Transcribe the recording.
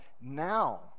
now